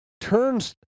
Turns